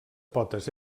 potes